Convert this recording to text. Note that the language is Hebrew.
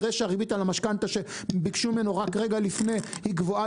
יראה שהריבית על המשכנתה שביקשו ממנו רק רגע לפני היא גבוהה